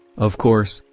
of course,